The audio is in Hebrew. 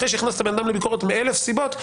אחרי שהכנסת אדם לביקורת מאלף סיבות,